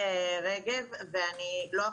אני רוצה להגיד רק שני דברים.